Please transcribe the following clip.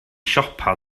siopa